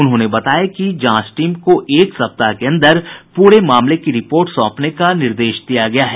उन्होंने बताया कि जांच टीम को एक सप्ताह के अंदर पूरे मामले की रिपोर्ट सौंपने का निर्देश दिया गया है